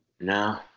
No